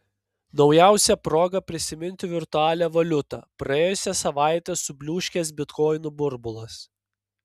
naujausia proga prisiminti virtualią valiutą praėjusią savaitę subliūškęs bitkoinų burbulas